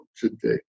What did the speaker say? today